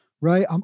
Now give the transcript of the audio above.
Right